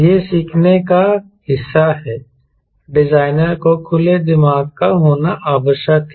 यह सीखने का हिस्सा है डिजाइनर को खुले दिमाग का होना आवश्यक है